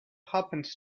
happens